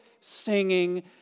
singing